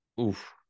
Oof